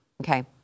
Okay